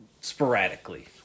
sporadically